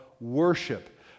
worship